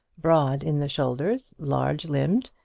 broad in the shoulders, large limbed,